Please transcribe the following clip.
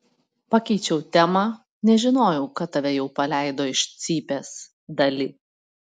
pakeičiau temą nežinojau kad tave jau paleido iš cypės dali